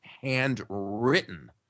handwritten